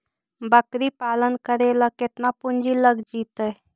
बकरी पालन करे ल केतना पुंजी लग जितै?